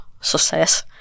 success